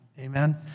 Amen